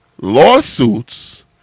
Lawsuits